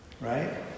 right